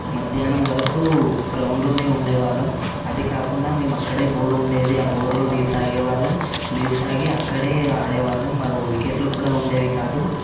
మధ్యాహ్నం వరకు గ్రౌండ్ లోనే ఉండే వాళ్ళం అది కాకుండా మేము అక్కడే బోర్ ఉండేది ఆ బోరులో నీళ్లు తాగే వాళ్ళం నీళ్లు తాగి అక్కడే ఆడే వాళ్ళం మాకు వికెట్లు కూడా ఉండేవి కాదు